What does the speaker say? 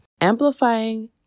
Amplifying